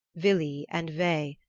vili and ve,